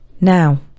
Now